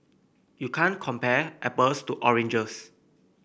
you can't compare apples to oranges